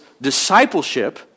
discipleship